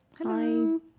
hello